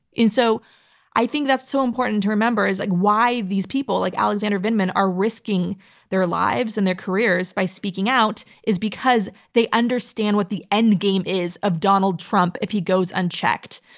and so i think that's so important to remember, is like why these people like alexander vindman are risking their lives and their careers by speaking out is because they understand what the endgame is of donald trump if he goes unchecked.